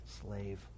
slave